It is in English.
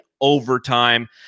Overtime